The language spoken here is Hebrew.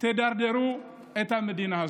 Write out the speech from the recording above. תדרדרו את המדינה הזאת?